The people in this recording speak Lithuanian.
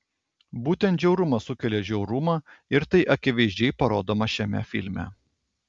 būtent žiaurumas sukelia žiaurumą ir tai akivaizdžiai parodoma šiame filme